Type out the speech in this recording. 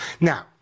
Now